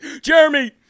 Jeremy